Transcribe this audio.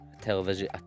Television